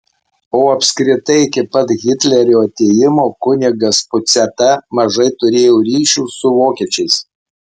o apskritai iki pat hitlerio atėjimo kunigas puciata mažai turėjo ryšių su vokiečiais